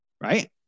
Right